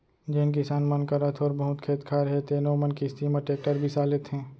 जेन किसान मन करा थोर बहुत खेत खार हे तेनो मन किस्ती म टेक्टर बिसा लेथें